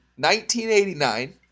1989